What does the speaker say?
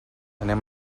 anem